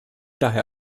daher